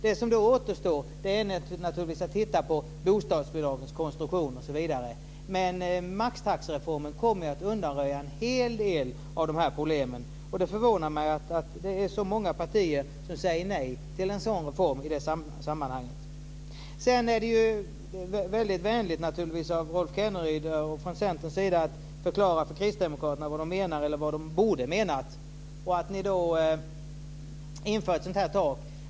Det som då återstår är naturligtvis att titta på bostadsbidragens konstruktion, osv. Men maxtaxereformen kommer att undanröja en hel del av de här problemen. Det förvånar mig att det är så många partier som säger nej till en sådan reform i det sammanhanget. Sedan är det naturligtvis vänligt av Rolf Kenneryd och Centern att förklara för kristdemokraterna vad de menar eller borde ha menat när ni inför ett sådant här tak.